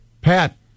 Pat